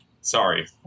Sorry